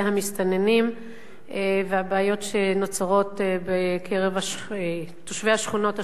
המסתננים והבעיות שנוצרות בקרב תושבי השכונות השונות.